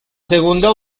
segunda